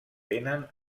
tenen